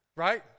Right